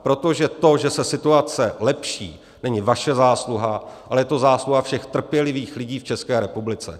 Protože to, že se situace lepší, není vaše zásluha, ale je to zásluha všech trpělivých lidí v České republice.